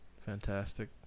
Fantastic